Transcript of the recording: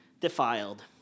defiled